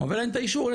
אומר אין את האישור,